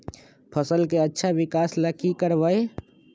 फसल के अच्छा विकास ला की करवाई?